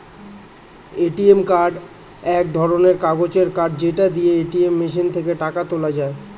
ATM card এক ধরণের কাগজের কার্ড যেটা দিয়ে এটিএম মেশিন থেকে টাকা বের করা যায়